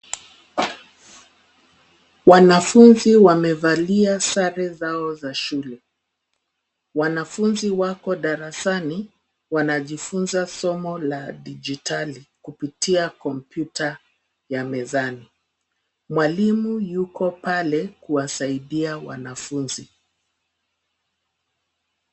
Wanafunzi wamevalia sare zao za shule. Wanafunzi wako darasani, wanajifunza somo la dijitali kupitia kompyuta ya mezani. Mwalimu yuko pale kuwasaidia wanafunzi.